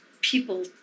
people